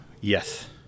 Yes